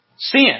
Sin